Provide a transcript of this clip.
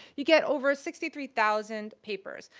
you get over sixty three thousand papers.